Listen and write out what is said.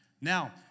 Now